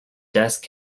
desk